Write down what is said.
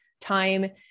time